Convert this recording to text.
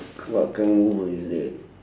what kind of mover is that